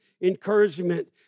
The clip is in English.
encouragement